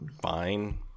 fine